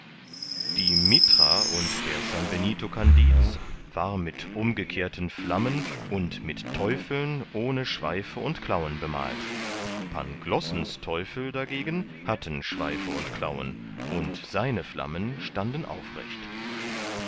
die mitra und der sanbenito kandid's war mit umgekehrten flammen und mit teufeln ohne schweife und klauen bemalt panglossens teufel dagegen hatten schweife und klauen und seine flammen standen aufrecht